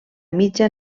mitja